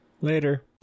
later